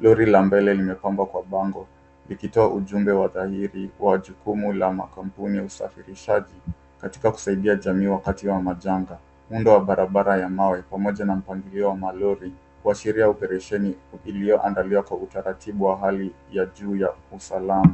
Lori la mbele limepambwa kwa bango, likitoa ujumbe wa dhahiri wa jukumu la makampuni ya usafirishaji, katika kusaidia jamii wakati wa majanga. Muundo wa barabara ya mawe, pamoja na mpangilio wa malori, huashiria operesheni iliyoandaliwa kwa utaratibu wa hali ya juu ya usalama.